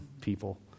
people